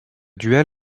duel